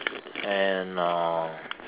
and uh